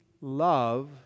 love